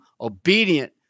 obedient